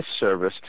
disserviced